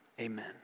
amen